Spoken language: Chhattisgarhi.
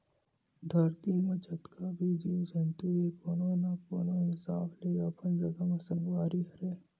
धरती म जतका भी जीव जंतु हे कोनो न कोनो हिसाब ले अपन जघा म संगवारी हरय